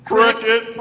Cricket